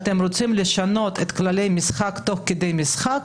אתם רוצים לשנות את כללי המשחק תוך כדי משחק,